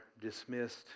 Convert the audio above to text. dismissed